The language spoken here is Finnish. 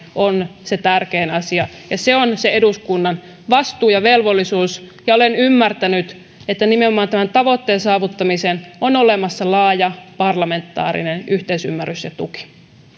on se tärkein asia ja se on se eduskunnan vastuu ja velvollisuus ja olen ymmärtänyt että nimenomaan tämän tavoitteen saavuttamiseen on olemassa laaja parlamentaarinen yhteisymmärrys ja tuki